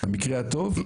במקרה הטוב,